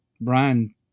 Brian